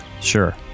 Sure